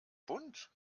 bunt